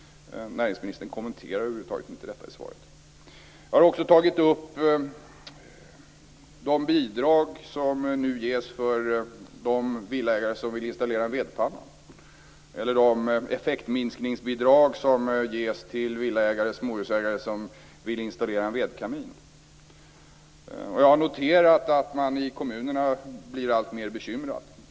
Näringsministern kommenterar över huvud taget inte detta i svaret. Jag har också tagit upp de bidrag som ges för de villaägare som vill installera en vedpanna och de effektminskningsbidrag som ges till villaägare och småhusägare som vill installera en vedkamin. Jag har noterat att man i kommunerna blir alltmer bekymrade.